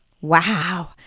Wow